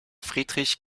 friedrich